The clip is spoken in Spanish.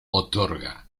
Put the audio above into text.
otorga